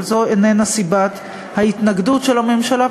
אבל זו איננה סיבת ההתנגדות של הממשלה,